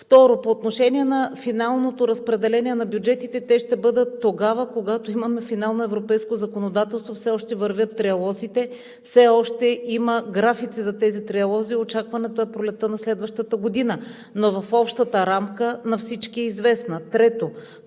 Второ, по отношение на финалното разпределение на бюджетите. Те ще бъдат тогава, когато имаме финал на европейското законодателство. Все още вървят триалозите, все още има графици за тези триалози, очакването е пролетта на следващата година, но на всички е известна общата